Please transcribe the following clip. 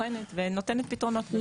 בוחנת ונותנת פתרונות.